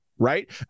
right